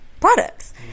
products